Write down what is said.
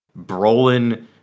Brolin